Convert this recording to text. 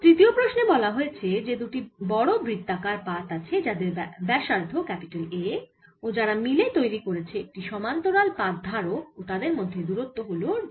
তৃতীয় প্রশ্নে বলা হয়েছে যে দুটি বড় বৃত্তাকার পাত আছে যাদের ব্যাসার্ধ A ও যারা মিলে তৈরি করেছে একটি সমান্তরাল পাত ধারক ও তাদের মধ্যে দূরত্ব হল d